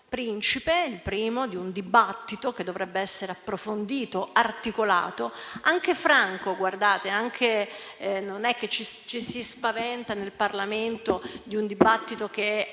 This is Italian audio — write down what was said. principe, il primo, di un dibattito che dovrebbe essere approfondito, articolato e anche franco. Non ci si spaventa nel Parlamento di un dibattito che è